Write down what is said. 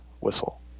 whistle